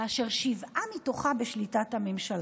כאשר שבעה מתוכם בשליטת הממשלה.